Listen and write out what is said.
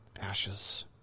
ashes